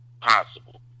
possible